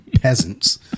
peasants